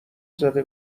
زده